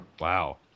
Wow